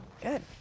Good